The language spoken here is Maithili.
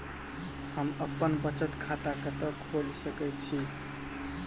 हम बचत खाता कतऽ खोलि सकै छी?